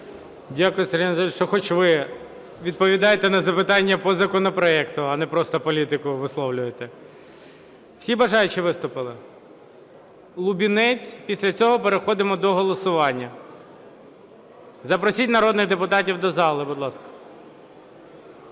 Дякую, Сергій Анатолійович, що хоч ви відповідаєте на запитання по законопроекту, а не просто політику висловлюєте. Всі бажаючі виступили? Лубінець. Після цього переходимо до голосування. Запросіть народних депутатів до зали, будь ласка.